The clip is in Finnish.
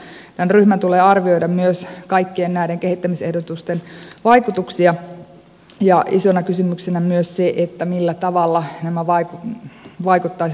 tämän ryhmän tulee arvioida myös kaikkien näiden kehittämisehdotusten vaikutuksia ja isona kysymyksenä on myös se millä tavalla nämä vaikuttaisivat sitten kokonaiskustannuksiin